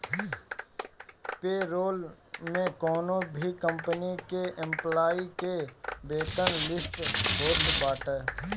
payroll में कवनो भी कंपनी के एम्प्लाई के वेतन लिस्ट होत बावे